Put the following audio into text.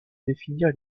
définir